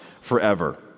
forever